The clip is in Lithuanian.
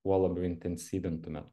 kuo labiau intensyvintumėt